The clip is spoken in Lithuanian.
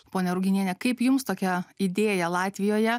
ponia ruginiene kaip jums tokia idėja latvijoje